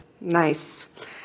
Nice